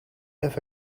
have